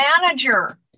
manager